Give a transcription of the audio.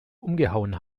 umgehauen